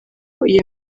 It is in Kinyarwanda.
iyo